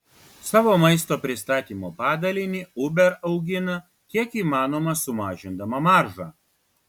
savo maisto pristatymo padalinį uber augina kiek įmanoma sumažindama maržą